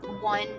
one